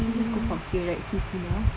just click from here right